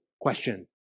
question